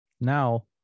Now